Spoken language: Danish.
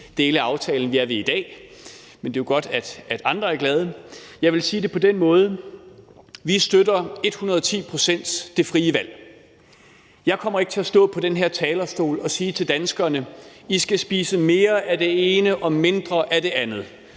dele af aftalen, vi er ved i dag. Men det er jo godt, at andre er glade. Jeg vil sige det på den måde, at vi støtter det frie valg et hundrede ti procent. Jeg kommer ikke til at stå på den her talerstol og sige til danskerne, at de skal spise mere af det ene og mindre af det andet,